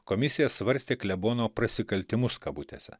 komisija svarstė klebono prasikaltimus kabutėse